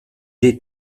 des